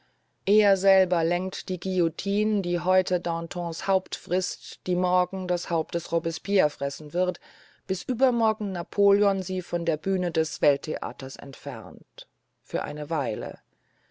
er lenkt die guillotine die heute dantons haupt frißt die morgen das haupt robespierres fressen wird bis übermorgen napoleon sie von der bühne des welttheaters entfernt für eine weile